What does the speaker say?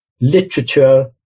literature